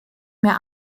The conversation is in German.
mir